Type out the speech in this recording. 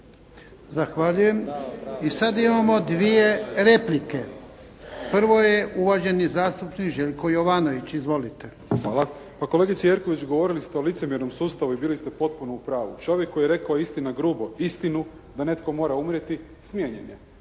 Zahvaljujem. Sada imamo dvije replike. Prvi je uvaženi zastupnik Željko Jovanović. Izvolite. **Jovanović, Željko (SDP)** Hvala. Kolegice Jerković, govorili ste o licemjernom sustavu i bili ste potpuno u pravu. Čovjek koji je rekao istina grubo, istinu "da netko mora umrijeti", smijenjen je.